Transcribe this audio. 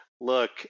Look